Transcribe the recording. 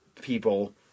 people